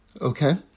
Okay